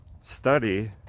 study